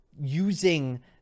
using